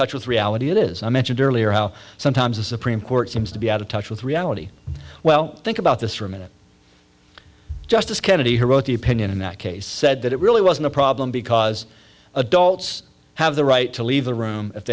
touch with reality it is i mentioned earlier how sometimes the supreme court seems to be out of touch with reality well think about this for a minute justice kennedy who wrote the opinion in that case said that it really wasn't a problem because adults have the right to leave the room if